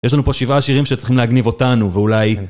יש לנו פה שבעה שירים שצריכים להגניב אותנו, ואולי...